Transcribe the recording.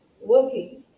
working